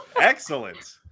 excellent